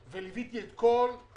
אדוני, אפשר לשמוע על המועדים?